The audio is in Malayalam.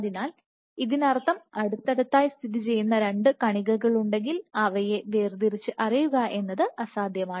അതിനാൽ ഇതിനർത്ഥം അടുത്തടുത്തായി സ്ഥിതിചെയ്യുന്ന 2 കണികകളുണ്ടെങ്കിൽ അവയെ വേർതിരിച്ച് അറിയുക എന്നത് അസാധ്യമാണ്